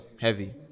Heavy